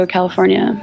California